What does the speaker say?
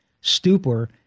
stupor